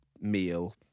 meal